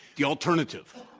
the alternative.